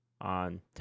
on